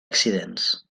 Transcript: accidents